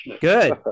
good